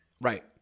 Right